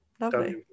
lovely